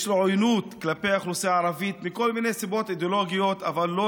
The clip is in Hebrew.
יש עוינות כלפי האוכלוסייה הערבית מכל מיני סיבות אידיאולוגיות,